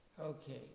Okay